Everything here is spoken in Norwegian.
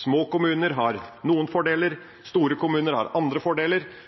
Små kommuner har noen fordeler, store kommuner har andre fordeler.